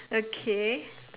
okay